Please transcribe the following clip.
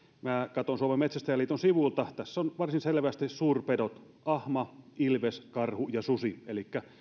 katson suomen metsästäjäliiton sivuilta ja tässä on varsin selvästi suurpedot ahma ilves karhu ja susi elikkä